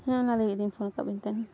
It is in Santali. ᱦᱮᱸ ᱚᱱᱟ ᱞᱟᱹᱜᱤᱫ ᱞᱤᱧ ᱯᱷᱳᱱ ᱟᱠᱟᱫ ᱵᱮᱱ ᱛᱟᱦᱮᱱ